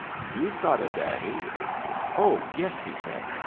you've got a daddy oh, yes, he said.